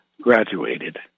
graduated